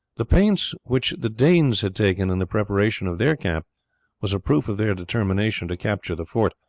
the pains which the danes had taken in the preparation of their camp was a proof of their determination to capture the fort,